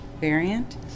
variant